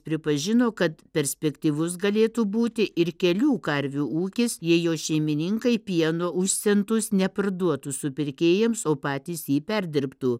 pripažino kad perspektyvus galėtų būti ir kelių karvių ūkis jei jo šeimininkai pieno už centus neparduotų supirkėjams o patys jį perdirbtų